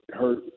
hurt